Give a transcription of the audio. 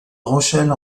rochelle